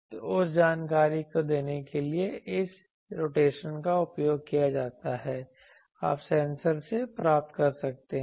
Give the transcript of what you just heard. तो उस जानकारी को देने के लिए किस रोटेशन का उपयोग किया गया था आप सेंसर से प्राप्त कर सकते हैं